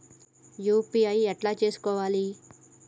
UPI ఎట్లా చేసుకోవాలి?